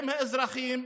עם האזרחים,